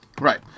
Right